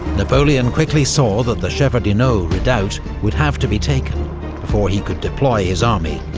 napoleon quickly saw that the shevardino redoubt would have to be taken before he could deploy his army,